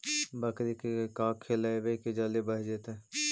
बकरी के का खिलैबै कि जल्दी बढ़ जाए?